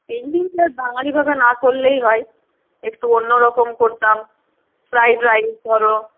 এই দিনটা বাঙালিভাবে না করলেই হয় একটু অন্যরকম করতাম ফ্রায়েড রাইস ধরো